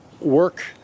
work